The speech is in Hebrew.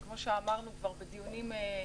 וכמו שאמרנו כבר בדיונים קודמים,